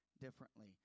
differently